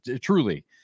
truly